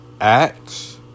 Acts